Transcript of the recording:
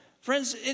friends